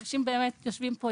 אנשים באמת יושבים פה,